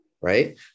right